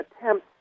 attempts